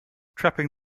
trapping